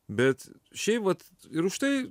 bet šiaip vat ir už tai